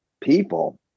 people